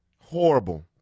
Horrible